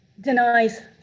denies